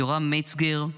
יורם מצגר,